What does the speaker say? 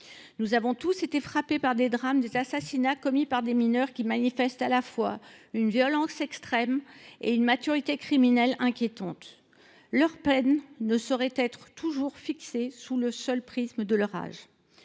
Nous avons tous été frappés par des drames ou des assassinats commis par des mineurs ayant fait preuve d’une violence extrême et d’une maturité criminelle inquiétante. Leur peine ne saurait être toujours fixée sous le seul prisme de leur âge.